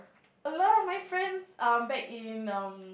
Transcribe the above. a lot of my friends um back in um